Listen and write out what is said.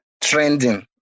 trending